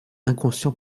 inconscient